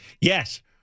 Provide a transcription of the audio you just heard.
Yes